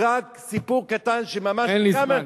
רק סיפור קטן, שממש, אין לי זמן.